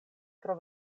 pro